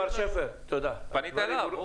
מר שפר, תודה רבה לך.